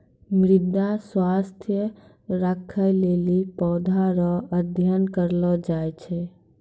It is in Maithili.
मृदा स्वास्थ्य राखै लेली पौधा रो अध्ययन करलो जाय छै